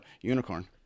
Unicorn